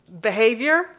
behavior